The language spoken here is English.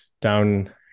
down